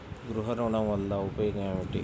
గృహ ఋణం వల్ల ఉపయోగం ఏమి?